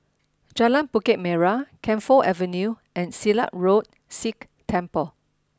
Jalan Bukit Merah Camphor Avenue and Silat Road Sikh Temple